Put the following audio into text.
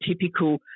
typical